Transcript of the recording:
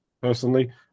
personally